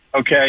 okay